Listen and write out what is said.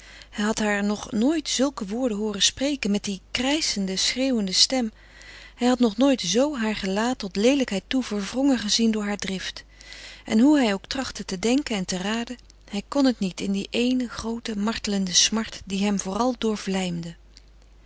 hij had haar nog nooit zulke woorden hooren spreken met die krijschende schreeuwende stem hij had nog nooit zoo haar gelaat tot leelijkheid toe verwrongen gezien door haar drift en hoe hij ook trachtte te denken en te raden hij kon het niet in die eene groote martelende smart die hem